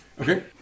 Okay